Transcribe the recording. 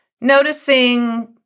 noticing